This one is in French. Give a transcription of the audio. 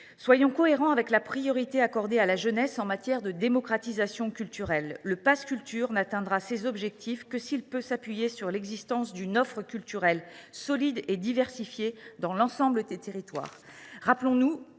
Soyons cohérents avec la priorité accordée à la jeunesse en matière de démocratisation culturelle. Le pass Culture n’atteindra ses objectifs que s’il peut s’appuyer sur l’existence d’une offre culturelle solide et diversifiée dans l’ensemble des territoires. Rappelons nous